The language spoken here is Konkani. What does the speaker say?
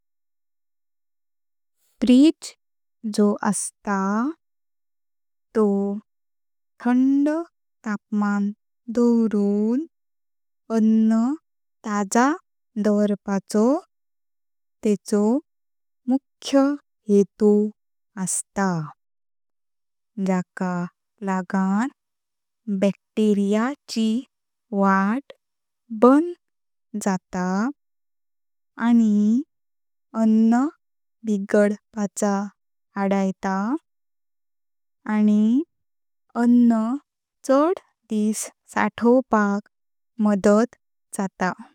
फ्रिज जो असता तो थंड तापमान दोवरून अन्न ताजा दोवोरपाचो तेंचो मुख्य हेतु असता, जका लागण बॅक्टेरिया ची वाट बंद जात आनी अन्न बिगडपाच आडायता, आनी अन्न चार दिस सातवपाक मदत जाता।